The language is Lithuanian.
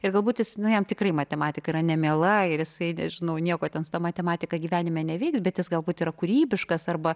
ir galbūt jis nu jam tikrai matematika yra nemiela ir jisai nežinau nieko ten su ta matematika gyvenime neveiks bet jis galbūt yra kūrybiškas arba